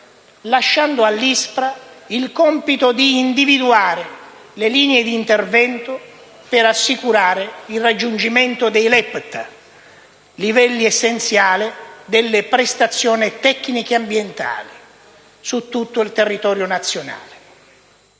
lasciando all'ISPRA il compito di individuare le linee di intervento per assicurare il raggiungimento dei LEPTA (livelli essenziali delle prestazioni tecniche ambientali) su tutto il territorio nazionale.